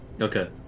Okay